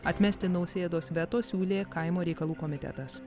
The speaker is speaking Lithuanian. atmesti nausėdos veto siūlė kaimo reikalų komitetas